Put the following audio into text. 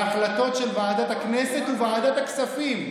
בכירים שלא כלולים בהחלטות של ועדת הכנסת וועדת הכספים,